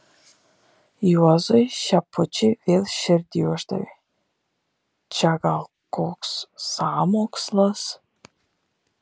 juozui šepučiui vėl širdį uždavė čia gal koks sąmokslas